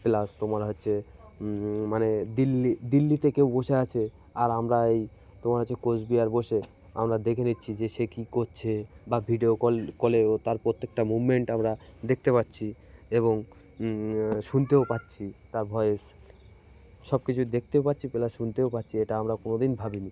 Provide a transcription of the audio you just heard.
plus তোমার হচ্ছে মানে দিল্লি দিল্লি থেকেও বসে আছে আর আমরা এই তোমার হচ্ছে কোচবিহার বসে আমরা দেখে নিচ্ছি যে সে কী করছে বা ভিডিও কল কলেও তার প্রত্যেকটা মুভমেন্ট আমরা দেখতে পাচ্ছি এবং শুনতেও পাচ্ছি তার ভয়েস সব কিছু দেখতেও পাচ্ছি প্লাস শুনতেও পাচ্ছি এটা আমরা কোনো দিন ভাবিনি